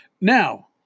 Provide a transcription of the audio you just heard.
Now